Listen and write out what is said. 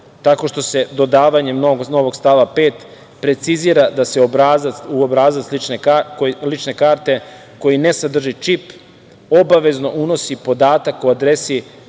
tako što se dodavanjem novog stava 5. precizira da se u obrazac lične karte, koji ne sadrži čip, obavezno unosi podatak o adresi